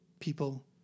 people